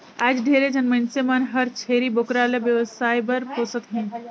आयज ढेरे झन मइनसे मन हर छेरी बोकरा ल बेवसाय बर पोसत हें